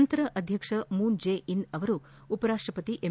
ನಂತರ ಅಧ್ಯಕ್ಷ Moon Jae-in ಅವರು ಉಪರಾಷ್ಟಪತಿ ಎಂ